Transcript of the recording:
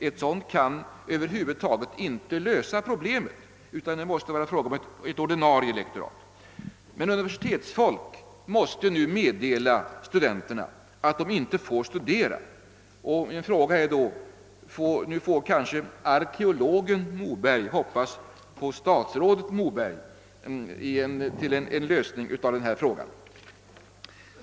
Ett sådant kan över huvud taget inte lösa problemet, utan det måste vara fråga om ett ordinarie lektorat, Universitetsfolk måste nu meddela studenterna att de inte får studera. Jag konstaterar då att arkeologiprofessor Moberg nu kanske får hoppas på statsrådet Moberg i fråga om en lösning av denna fråga.